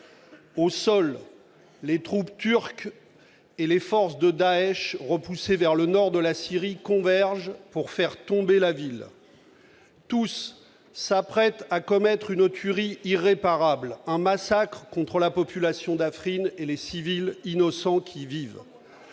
Au sol, les troupes turques et les forces de Daech repoussées vers le nord de la Syrie convergent pour faire tomber la ville. Tous s'apprêtent à commettre une tuerie irréparable, un massacre contre la population d'Afrine et les civils innocents qui y vivent.